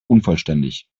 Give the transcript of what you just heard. unvollständig